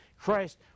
Christ